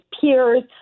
peers